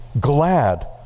glad